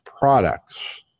products